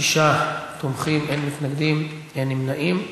שישה תומכים, אין מתנגדים, אין נמנעים.